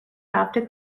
after